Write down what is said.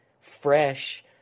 fresh